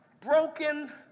Broken